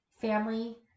family